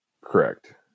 Correct